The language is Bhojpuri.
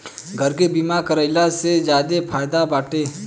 घर के बीमा कराइला से ज्यादे फायदा बाटे